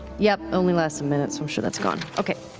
yep, only lasts a minute so i'm sure that's gone, okay.